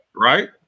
right